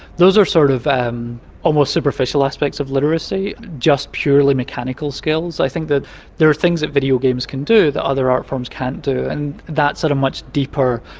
those are sort of um almost superficial aspects of literacy, just purely mechanical skills. i think that there are things that videogames can do that other art forms can't do, and that's at a much deeper,